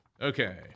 Okay